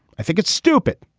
i think it's stupid.